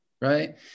Right